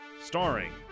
Starring